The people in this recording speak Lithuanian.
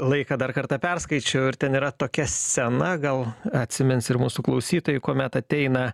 laiką dar kartą perskaičiau ir ten yra tokia scena gal atsimins ir mūsų klausytojai kuomet ateina